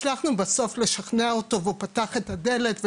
הצלחנו בסוף לשכנע אותו והוא פתח את הדלת,